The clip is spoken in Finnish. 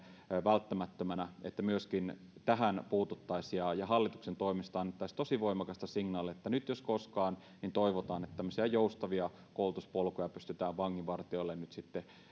välttämättömänä että myöskin tähän puututtaisiin ja ja hallituksen toimesta annettaisiin tosi voimakasta signaalia että nyt jos koskaan toivotaan että tämmöisiä joustavia koulutuspolkuja pystytään vanginvartijoille